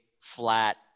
flat